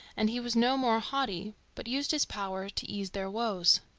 and he was no more haughty, but used his power to ease their woes.